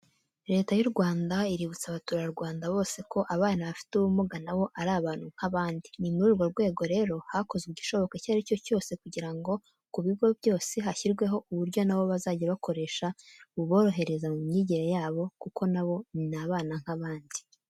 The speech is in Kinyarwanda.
Leta y'u Rwanda iributsa abaturarwanda bose ko abana bafite ubumuga na bo ari abantu nk'abandi. Ni muri urwo rwego rero, hakozwe igishoboka icyo ari cyo cyose kugira ngo ku bigo byose hashyirweho uburyo na bo bazajya bakoresha buborohereza mu myigire yabo kuko na bo ni abana nk'abandi.